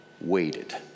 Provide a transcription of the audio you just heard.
waited